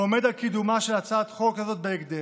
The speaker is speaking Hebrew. ועומד על קידומה של הצעת החוק הזאת בהקדם.